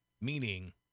meaning